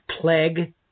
plague